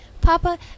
Papa